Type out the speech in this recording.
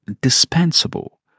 dispensable